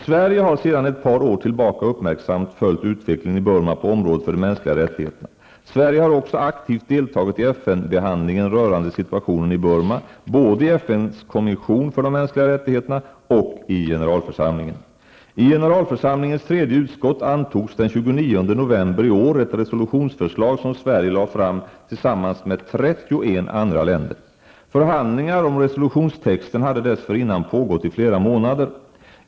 Sverige har sedan ett par år tillbaka uppmärksamt följt utvecklingen i Burma på området för de mänskliga rättigheterna. Sverige har också aktivt deltagit i FN-behandlingen rörande situationen i Burma, både i FNs kommission för de mänskliga rättigheterna och i generalförsamlingen. november i år ett resolutionsförslag som Sverige lade fram tillsammans med 31 andra länder. Förhandlingar om resolutionstexten hade dessförinnan pågått i flera månader.